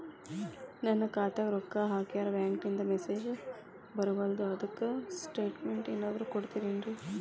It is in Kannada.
ನನ್ ಖಾತ್ಯಾಗ ರೊಕ್ಕಾ ಹಾಕ್ಯಾರ ಬ್ಯಾಂಕಿಂದ ಮೆಸೇಜ್ ಬರವಲ್ದು ಅದ್ಕ ಸ್ಟೇಟ್ಮೆಂಟ್ ಏನಾದ್ರು ಕೊಡ್ತೇರೆನ್ರಿ?